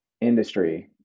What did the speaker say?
industry